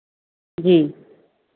जी